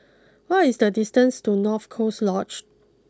what is the distances to North Coast Lodge